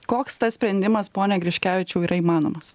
koks tas sprendimas pone griškevičiau yra įmanomas